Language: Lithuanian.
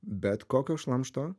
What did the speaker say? bet kokio šlamšto